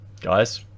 guys